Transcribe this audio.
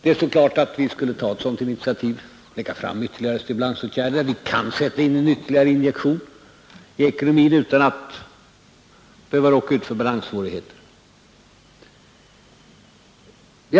Det stod klart att vi skulle ta ett sådant initiativ och få till stånd ytterligare stimulansåtgärder, när vi kunde ge ekonomin en injektion utan att behöva råka ut för balanssvårigheter.